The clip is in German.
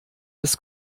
des